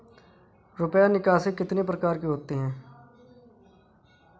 रुपया निकासी कितनी प्रकार की होती है?